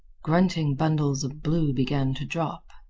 grunting bundles of blue began to drop.